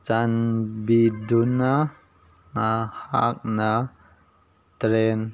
ꯆꯥꯟꯕꯤꯗꯨꯅ ꯅꯍꯥꯛꯅ ꯇ꯭ꯔꯦꯟ